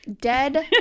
dead